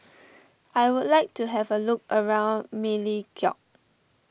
I would like to have a look around Melekeok